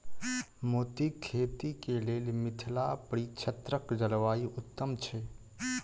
मोतीक खेती केँ लेल मिथिला परिक्षेत्रक जलवायु उत्तम छै?